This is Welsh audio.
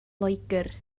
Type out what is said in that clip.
loegr